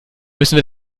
müssen